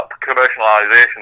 commercialisation